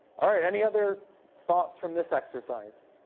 all right, any other thoughts from this exercise?